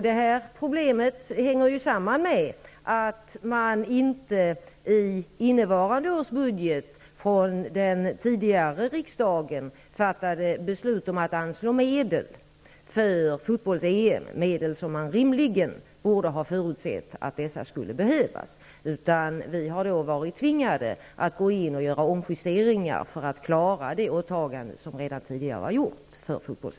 Det problemet hänger samman med att föregående riksmöt inte fattade beslut om att i innevarande års budget anslå medel för fotbolls EM. Man borde rimligen ha förutsett att dessa medel skulle behövas. Vi har då varit tvingade att gå in och göra omjusteringar för att klara de åtaganden som redan tidigare gjorts inför fotbolls